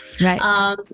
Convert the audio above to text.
right